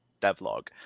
devlog